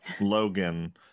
logan